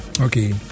okay